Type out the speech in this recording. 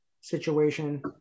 situation